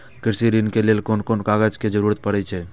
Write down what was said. कृषि ऋण के लेल कोन कोन कागज के जरुरत परे छै?